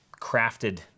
crafted